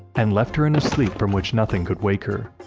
and left her in a sleep from which nothing could wake her.